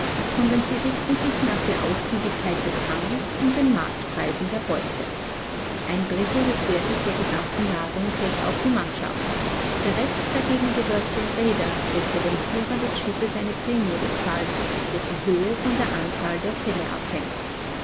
sondern sie richten sich nach der ausgiebigkeit des fanges und den marktpreisen der beute ein drittel des wertes der gesamten ladung fällt auf die mannschaft der rest dagegen gehört dem reeder welcher dem führer des schiffes eine prämie bezahlt deren höhe von der anzahl der felle abhängt